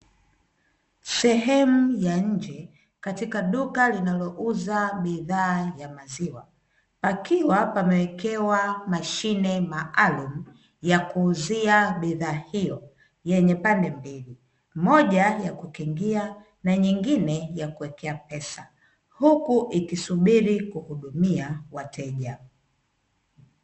Sehemu ya nje katika duka linalo uza bidhaa ya maziwa pakiwa pamewekewa mashine maalumu ya kuuzia bidhaa hiyo yenye pande mbili, moja ya kukingia na nyingine ya kuwekea pesa huku ikisubiri kuhudumia wateja.